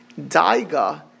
daiga